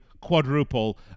quadruple